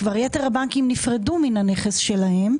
כבר יתר הבנקים נפרדו מן הנכס שלהם.